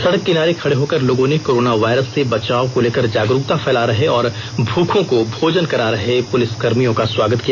सड़क किनारे खड़े होकर लोगों ने कोरोना वायरस से बचाव को लेकर जागरूकता फेला रहे और भूखों को भोजन करा रहे पुलिस कर्मियों का स्वागत किया